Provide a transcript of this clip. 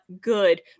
good